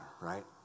right